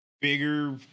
bigger